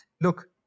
Look